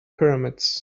pyramids